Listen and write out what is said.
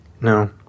No